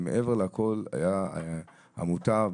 שמעבר להכל הייתה עמותה,